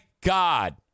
God